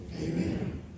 Amen